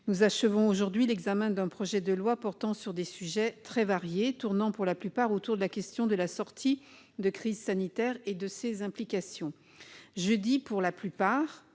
nous achevons aujourd'hui l'examen d'un projet de loi portant sur des sujets très variés, tournant pour la plupart autour des questions relatives à la sortie de crise sanitaire et de ses implications- pour la plupart